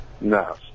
No